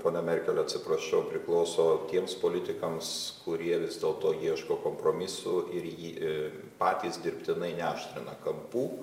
ponia merkel atsiprašau priklauso tiems politikams kurie vis dėlto ieško kompromisų ir ji patys dirbtinai neaštrina kampų